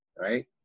right